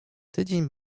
tydzień